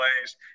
plays